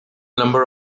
number